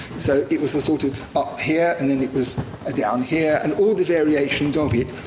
so it was the sort of up here and then it was a down here, and all the variations of it,